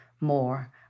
more